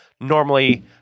normally